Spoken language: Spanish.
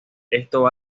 esto